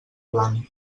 plana